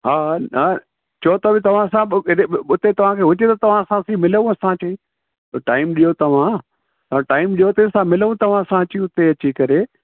हा न चओ त वरी तव्हां असां उते तव्हां खे हुजे तव्हां सां असीं मिलूं असां अची पर टाईम ॾियो तव्हां तव्हां टाईम ॾियो त असां मिलूं तव्हां सां अची उते अची करे